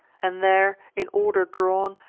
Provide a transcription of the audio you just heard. and there, in order drawn,